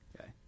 Okay